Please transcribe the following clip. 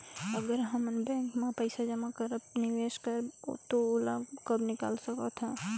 अगर हमन बैंक म पइसा जमा करब निवेश बर तो ओला कब निकाल सकत हो?